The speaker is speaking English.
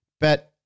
But-